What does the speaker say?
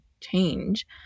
change